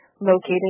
located